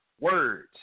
words